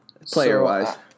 player-wise